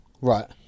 Right